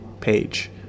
page